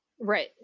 Right